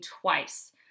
twice